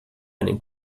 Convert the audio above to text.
einen